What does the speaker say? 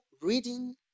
reading